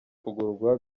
kugurwa